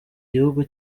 gihugu